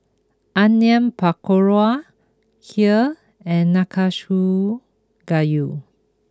Onion Pakora Kheer and Nanakusa Gayu